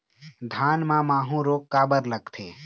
धान म माहू रोग काबर लगथे?